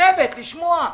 לשמוע.